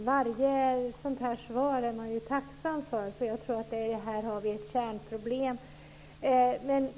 Herr talman! Man är tacksam för varje sådant svar. Jag tror att vi här har ett kärnproblem.